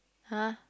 !huh!